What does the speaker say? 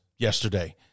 yesterday